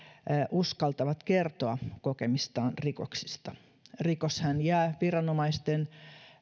uskaltavat kertoa kokemistaan rikoksista rikoshan jää tulematta viranomaisten